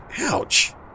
Ouch